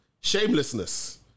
shamelessness